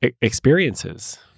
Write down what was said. experiences